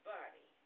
Body